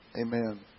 Amen